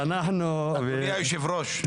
אדוני היושב-ראש,